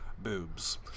boobs